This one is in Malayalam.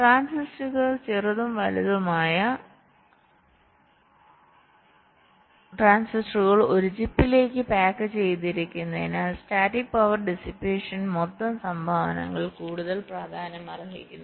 ട്രാൻസിസ്റ്ററുകൾ ചെറുതും വലിയതുമായ ട്രാൻസിസ്റ്ററുകൾ ഒരു ചിപ്പിലേക്ക് പായ്ക്ക് ചെയ്തിരിക്കുന്നതിനാൽ സ്റ്റാറ്റിക് പവർ ഡിസ്പേഷന്റെ മൊത്തം സംഭാവനകൾ കൂടുതൽ പ്രാധാന്യമർഹിക്കുന്നു